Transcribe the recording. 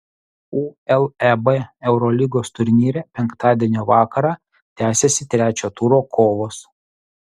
uleb eurolygos turnyre penktadienio vakarą tęsiasi trečio turo kovos